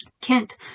Kent